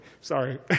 sorry